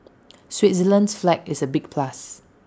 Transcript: Switzerland's flag is A big plus